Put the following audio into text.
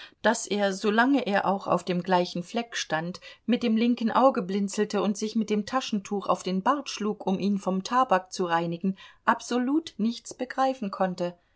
daß er solange er auch auf dem gleichen fleck stand mit dem linken auge blinzelte und sich mit dem taschentuch auf den bart schlug um ihn vom tabak zu reinigen absolut nichts begreifen konnte